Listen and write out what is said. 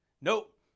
Nope